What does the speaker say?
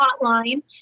hotline